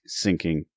syncing